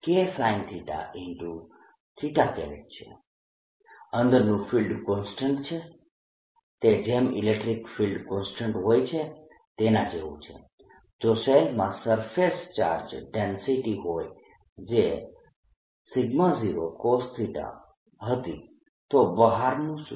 B0KR331r32cosθ rsinθ r≥R 20KR3 z r≤R અંદરનું field constant છે તે જેમ ઇલેક્ટ્રીક ફિલ્ડ કોન્સ્ટન્ટ હોય છે તેના જેવું છે જો શેલમાં સરફેસ ચાર્જ ડેન્સિટી હોય જે 0cosθ હતી તો બહારનું શું